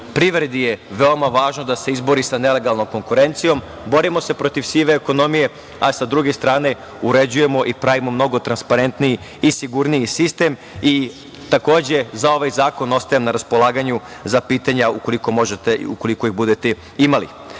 Privredi je veoma važno da se izbori sa nelegalnom konkurencijom. Borimo se protiv sive ekonomije, a sa druge strane uređuje i pravimo mnogo transparentniji i sigurniji sistem. Takođe, za ovaj zakon ostajem na raspolaganju za pitanja, ukoliko ih budete imali. Treći